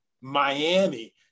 Miami